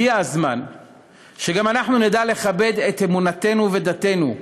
הגיע הזמן שגם אנחנו נדע לכבד את אמונתנו ודתנו,